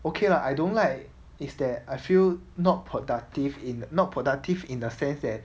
okay lah I don't like is that I feel not productive in not productive in the sense that